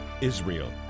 Israel